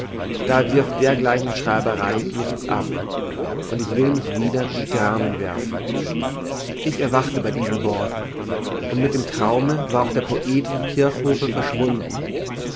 da wirft dergleichen schreiberei nichts ab und ich will mich wieder in die dramen werfen ich erwachte bei diesen worten und mit dem traume war auch der poet vom kirchhofe verschwunden